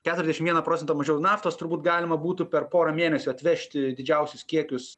keturiasdešim vieną procentą mažiau naftos turbūt galima būtų per porą mėnesių atvežti didžiausius kiekius